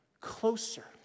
closer